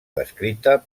descrita